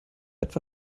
etwa